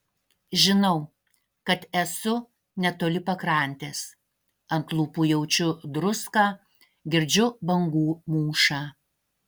žinau kad esu netoli pakrantės ant lūpų jaučiu druską girdžiu bangų mūšą